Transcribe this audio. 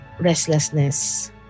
restlessness